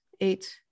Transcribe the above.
eight